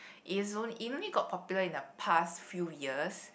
is it only got popular in a past few years